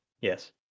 yes